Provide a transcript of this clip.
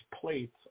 plates